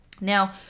Now